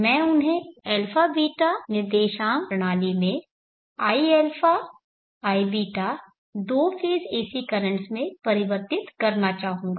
मैं उन्हें αβ निर्देशांक प्रणाली में iα iβ दो फेज़ AC कर्रेंटस में परिवर्तित करना चाहूंगा